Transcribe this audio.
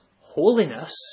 holiness